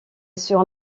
sur